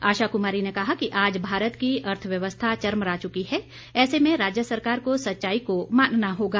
आशा कुमारी ने कहा कि आज भारत की अर्थव्यवस्था चरमरा चुकी है ऐसे में राज्य सरकार को सच्चाई को मानना होगा